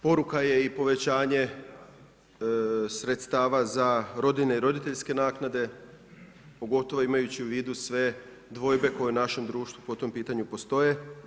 Poruka je i povećanje za rodiljne i roditeljske naknade, pogotovo imajući u vidu se dvojbe koje u našem društvu po tom pitanju postoje.